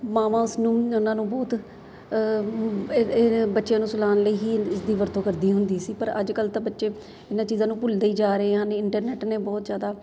ਮਾਵਾਂ ਉਸਨੂੰ ਉਹਨਾਂ ਨੂੰ ਬਹੁਤ ਇਹ ਬੱਚਿਆਂ ਨੂੰ ਸੁਲਾਉਣ ਲਈ ਹੀ ਇਸ ਦੀ ਵਰਤੋਂ ਕਰਦੀ ਹੁੰਦੀ ਸੀ ਪਰ ਅੱਜ ਕੱਲ੍ਹ ਤਾਂ ਬੱਚੇ ਇਹਨਾਂ ਚੀਜ਼ਾਂ ਨੂੰ ਭੁੱਲਦੇ ਹੀ ਜਾ ਰਹੇ ਹਨ ਇੰਟਰਨੈਟ ਨੇ ਬਹੁਤ ਜ਼ਿਆਦਾ